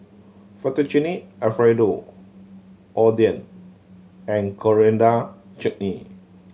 Fettuccine Alfredo Oden and Coriander Chutney